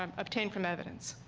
um obtained from evidence?